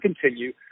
continue